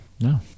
no